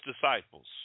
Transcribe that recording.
disciples